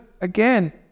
again